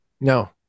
no